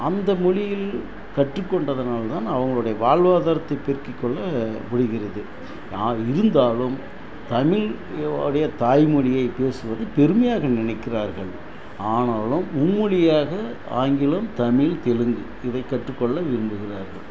அந்த மொழியில் கற்றுக்கொண்டதனால் தான் அவங்களுடைய வாழ்வாதாரத்தை பெருக்கிக் கொள்ள முடிகிறது இருந்தாலும் தமிழோடைய தாய் மொழியை பேசுவது பெருமையாக நினைக்கிறார்கள் ஆனாலும் மும்மொழியாக ஆங்கிலம் தமிழ் தெலுங்கு இதை கற்றுக்கொள்ள விரும்புகிறார்கள்